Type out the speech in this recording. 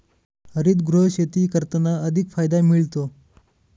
हरितगृह शेती करताना अधिक फायदा मिळतो